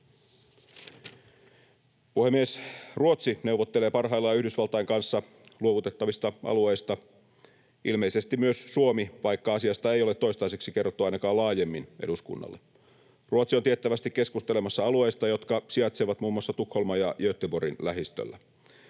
Puhemies! Ruotsi neuvottelee parhaillaan Yhdysvaltain kanssa luovutettavista alueista, ilmeisesti myös Suomi, vaikka asiasta ei ole toistaiseksi kerrottu ainakaan laajemmin eduskunnalle. Ruotsi on tiettävästi keskustelemassa alueista, jotka sijaitsevat muun muassa Tukholman ja Göteborgin lähistöllä.